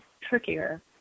trickier